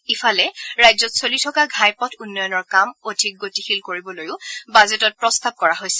ইফালে ৰাজ্যত চলি থকা ঘাইপথ উন্নয়নৰ কাম অধিক গতিশীল কৰিবলৈও বাজেটত প্ৰস্তাৱ কৰা হৈছে